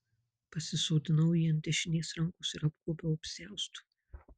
pasisodinau jį ant dešinės rankos ir apgaubiau apsiaustu